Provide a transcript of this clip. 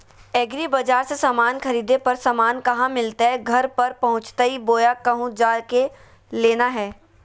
एग्रीबाजार से समान खरीदे पर समान कहा मिलतैय घर पर पहुँचतई बोया कहु जा के लेना है?